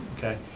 okay.